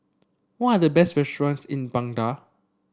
what are the best restaurants in Baghdad